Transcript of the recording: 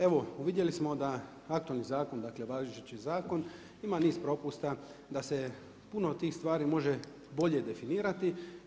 Evo, vidjeli smo da aktualni zakon, dakle važeći zakon ima niz propusta, da se puno tih stvari može bolje definirati.